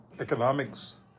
economics